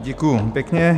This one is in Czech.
Děkuji pěkně.